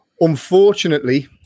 unfortunately